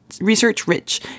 research-rich